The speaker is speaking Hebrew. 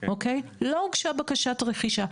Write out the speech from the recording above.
לא הוגשה בקשת רכישה.